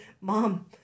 mom